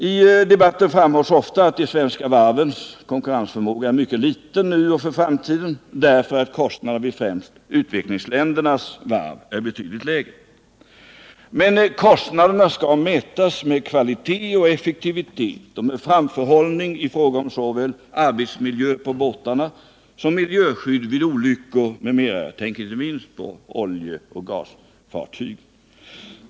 I debatten framhålls ofta att de svenska varvens konkurrensförmåga är mycket liten nu och i framtiden, därför att kostnaderna vid främst utvecklingsländernas varv är betydligt lägre. Men kostnaderna skall jämföras med kvalitet och effektivitet, med framförhållning i fråga om såväl arbetsmiljö som miljöskydd på båtarna jag tänker inte minst på oljeoch gasfartyg.